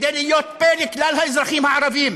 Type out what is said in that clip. כדי להיות פה לכלל האזרחים הערבים,